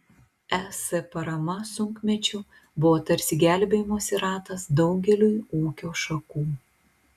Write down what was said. es parama sunkmečiu buvo tarsi gelbėjimosi ratas daugeliui ūkio šakų